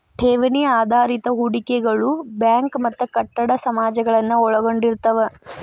ಠೇವಣಿ ಆಧಾರಿತ ಹೂಡಿಕೆಗಳು ಬ್ಯಾಂಕ್ ಮತ್ತ ಕಟ್ಟಡ ಸಮಾಜಗಳನ್ನ ಒಳಗೊಂಡಿರ್ತವ